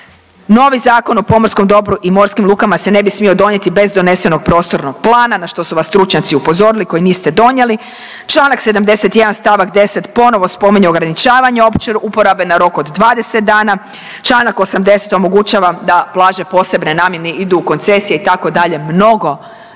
Novi Zakon o pomorskom dobru i morskim lukama se ne bi smio donijeti bez donesenog prostornog plana na što su vas stručnjaci upozorili koji niste donijeli. Članak 71. stavak 10. ponovo spominje ograničavanje opće uporabe na rok od 20 dana. Članak 80. omogućava da plaže posebne namjene idu u koncesije itd. Mnogo je spornih